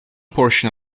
portion